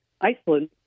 Iceland